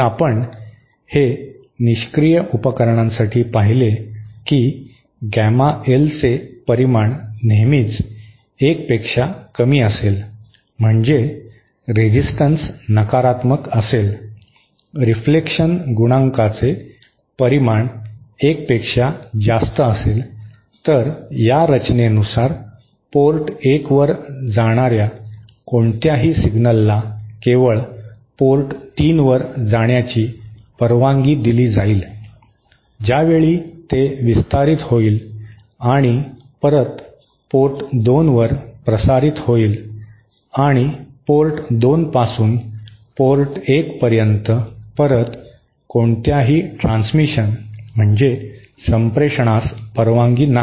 तर आपण हे निष्क्रिय उपकरणांसाठी पाहिले की गॅमा एलचे परिमाण नेहमीच एकपेक्षा कमी असेल म्हणजे रेझीस्टन्स नकारात्मक असेल रिफ्लेकशन गुणांकाचे परिमाण एकपेक्षा जास्त असेल तर या रचनेनुसार पोर्ट 1वर जाणाऱ्या कोणत्याही सिग्नलला केवळ पोर्ट 3 वर जाण्याची परवानगी दिली जाईल ज्या वेळी ते विस्तारित होईल आणि परत पोर्ट 2 वर प्रसारित होईल आणि पोर्ट 2 पासून पोर्ट 1 पर्यंत परत कोणत्याही ट्रान्समिशन म्हणजे संप्रेषणास परवानगी नाही